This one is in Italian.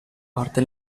parte